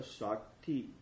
Shakti